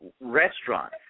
restaurant